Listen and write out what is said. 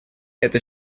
это